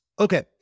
Okay